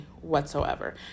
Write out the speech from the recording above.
whatsoever